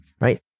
right